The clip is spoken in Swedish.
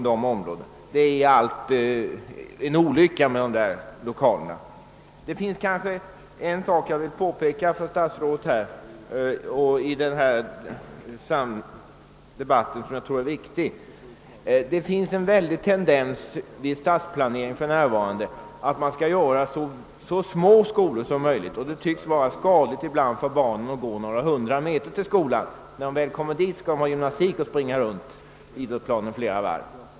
I det sammanhanget vill jag också påpeka en annan sak för herr statsrådet. Jag tror att den är ganska viktig. I stadsplaneringen finns det för närvarande en stark tendens att bygga så små skolor som möjligt. Det verkar som om planerarna trodde det var skadligt för barnen att ha några hundra meters väg till skolan — men när de väl kommer dit får de under gymnastiklektionerna springa runt idrottsplanen flera varv.